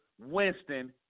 Winston